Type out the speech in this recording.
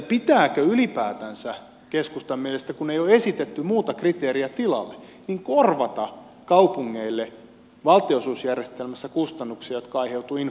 pitääkö ylipäätänsä keskustan mielestä kun ei ole esitetty muuta kriteeriä tilalle korvata kaupungeille valtionosuusjärjestelmässä kustannuksia jotka aiheutuvat infrarakentamisesta